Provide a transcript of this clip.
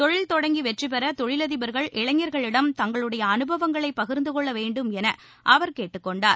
தொழில் தொடங்கி வெற்றி பெற்ற தொழிலதிபர்கள் இளைஞர்களிடம் தங்களுடைய அனுபவங்களை பகிர்ந்து கொள்ள வேண்டும் என அவர் கேட்டுக்கொண்டார்